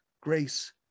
grace